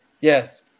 yes